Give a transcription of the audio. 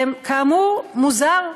כאמור, מוזר,